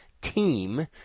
team